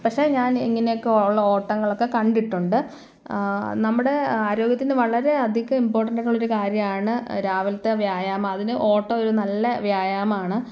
പക്ഷേ ഞാൻ ഇങ്ങനെയൊക്കെയുള്ള ഓട്ടങ്ങളൊക്കെ കണ്ടിട്ടുണ്ട് നമ്മുടെ ആരോഗ്യത്തിന് വളരെ അധികം ഇമ്പോർടൻറ്റ് ആയിട്ടുള്ളൊരു കാര്യമാണ് രാവിലത്തെ വ്യായാമം അതിന് ഓട്ടം ഒരു നല്ല വ്യായാമമാണ്